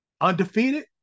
Undefeated